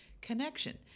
connection